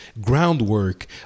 groundwork